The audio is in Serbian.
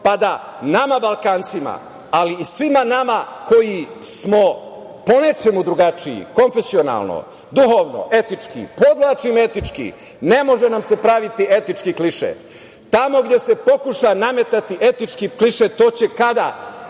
pa da nama Balkancima, ali i svima nama koji smo po nečemu drugačiji, konfesionalno, duhovno, etički, podvlačim etički, ne može nam se praviti etički kliše. Tamo gde se pokuša nametati etički kliše, to će kad